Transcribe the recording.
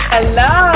Hello